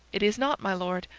it is not, my lord.